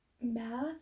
math